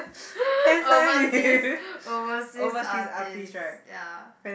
overseas overseas artistes ya